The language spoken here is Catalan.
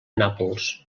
nàpols